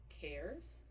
cares